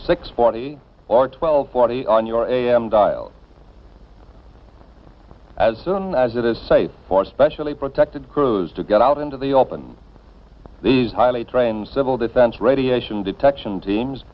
six forty or twelve forty on your am dial as soon as it is safe for especially protected crews to get out into the open these highly trained civil defense radiation detection teams